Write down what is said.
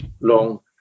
long